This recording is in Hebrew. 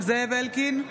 זאב אלקין,